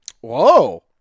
Whoa